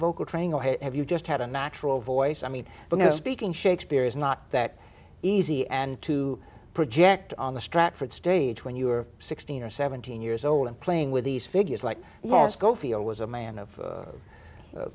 vocal training or have you just had a natural voice i mean you know speaking shakespeare is not that easy and to project on the stratford stage when you were sixteen or seventeen years old and playing with these figures like yeah scofield was a man of